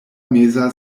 meza